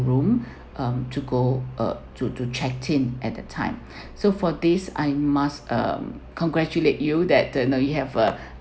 room um to go uh to to checked in at that time so for this I must um congratulate you that you know ah you have ah